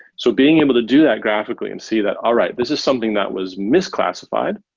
so being able to do that graphically and see that, all right. this is something that was misclassified,